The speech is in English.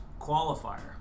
qualifier